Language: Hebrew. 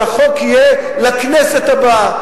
שהחוק יהיה לכנסת הבאה.